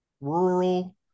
rural